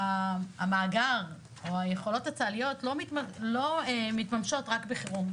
המאגר או היכולות הצה"ליות לא מתממשות רק בחירום,